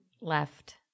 left